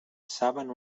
saben